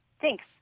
Thanks